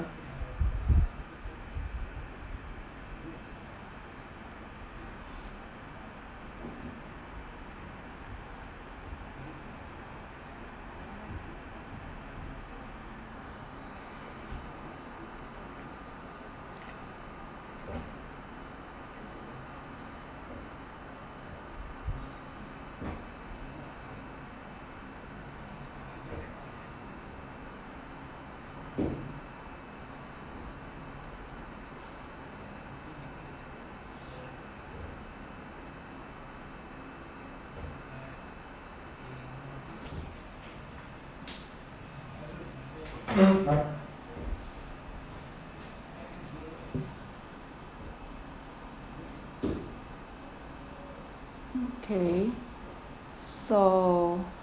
okay so